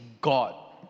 God